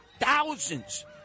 Thousands